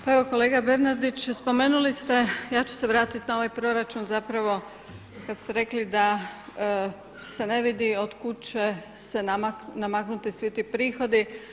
Pa evo kolega Bernardić, spomenuli ste, ja ću se vratiti na ovaj proračun kada ste rekli da se ne vidi od kuda će se namaknuti svi ti prihodi.